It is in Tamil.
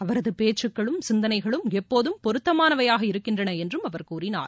அவரது பேச்சுக்களும் சிந்தனைகளும் எப்போதும் பொருத்தமானவையாக இருக்கின்றன என்றும் அவர் கூறினார்